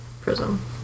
prism